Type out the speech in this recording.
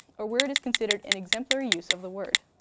a word is considered an exemplary use of the word